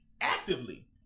actively